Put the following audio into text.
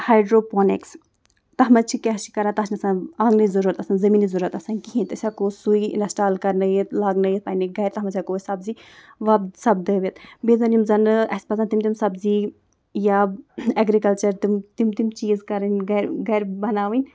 hydroponics تَتھ منٛز چھِ کیٛاہ چھِ کَران تَتھ چھِنہٕ آسان آنٛگنٕچ ضروٗرَت آسان زٔمیٖنٕچ ضروٗرَت آسان کِہیٖنۍ تہِ أسۍ ہٮ۪کو سُے اِنَسٹال کَرنٲیِتھ لاگنٲیِتھ پنٛنہِ گَرِ تَتھ منٛز ہٮ۪کو أسۍ سبزی وۄپ سپدٲوِتھ بیٚیہِ زَن یِم زَن اَسہِ پَزِ تِم تِم سبزی یا اٮ۪گرِکَلچَر تِم تِم تِم چیٖز کَرٕنۍ گَرِ بَناوٕنۍ